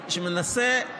שמנסה,